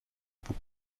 book